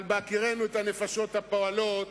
אבל בהכירנו את הנפשות הפועלות,